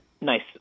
nice